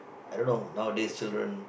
I don't know nowadays children